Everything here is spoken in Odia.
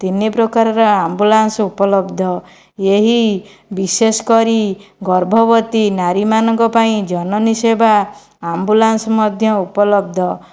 ତିନି ପ୍ରକାରର ଆମ୍ବୁଲାନ୍ସ ଉପଲବ୍ଧ ଏହି ବିଶେଷ କରି ଗର୍ଭବତୀ ନାରୀମାନଙ୍କ ପାଇଁ ଜନନୀସେବା ଆମ୍ବୁଲାନ୍ସ ମଧ୍ୟ ଉପଲବ୍ଧ